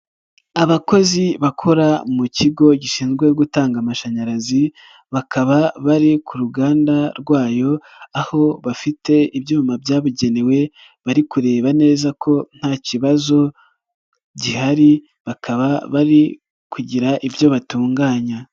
Abakozi bakora mu kigo gishinzwe gutanga amashanyarazi bakaba bari ku ruganda rwayo, aho bafite ibyuma byabugenewe bari kureba neza ko nta kibazo gihari bakaba bari kugira ibyo batunganya.